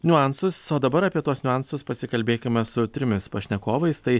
niuansus o dabar apie tuos niuansus pasikalbėkime su trimis pašnekovais tai